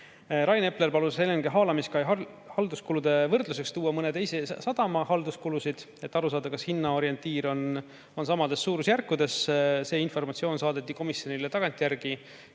Rain Epler palus LNG-haalamiskai halduskulude võrdluseks tuua mõne teise sadama halduskulusid, et aru saada, kas hinnaorientiir on samas suurusjärgus. See informatsioon saadeti komisjonile tagantjärele.